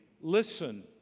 Listen